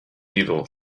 evil